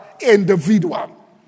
individual